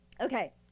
Okay